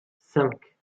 cinq